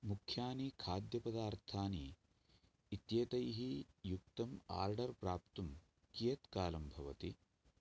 मुख्यानि खाद्यपदार्थानि इत्येतैः युक्तम् आर्डर् प्राप्तुं कियत् कालं भवति